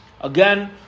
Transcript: again